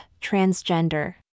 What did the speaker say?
Transgender